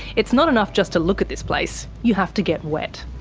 it's not enough just to look at this place, you have to get wet.